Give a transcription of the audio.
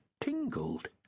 tingled